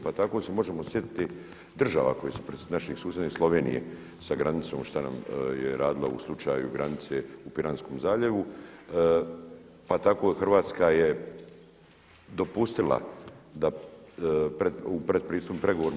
Pa tako se možemo sjetiti država naših susjedne Slovenije sa granicom šta nam je radila u slučaju granice u Piranskom zaljevu pa tako Hrvatska je dopustila da u predpristupnim pregovorima